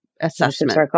assessment